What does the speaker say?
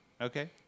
Okay